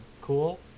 cool